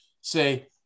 say